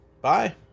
Bye